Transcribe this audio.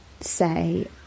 say